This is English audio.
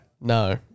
No